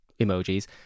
emojis